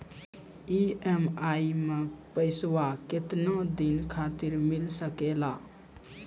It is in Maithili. ई.एम.आई मैं पैसवा केतना दिन खातिर मिल सके ला?